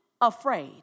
afraid